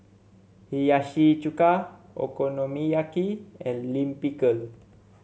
Hiyashi Chuka Okonomiyaki and Lime Pickle